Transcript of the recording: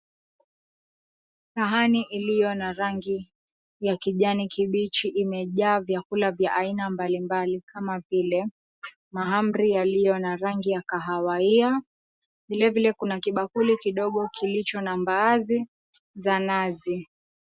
Sahani iliyo na rangi ya kijani kibichi imejaa vyakula vya aina mbalimbali kama vile mahamri yaliyo na rangi ya kahawia. Vilevile kuna kibakuli kidogo kilicho na mbaazi za nazi.